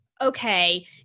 okay